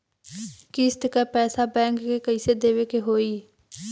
किस्त क पैसा बैंक के कइसे देवे के होई?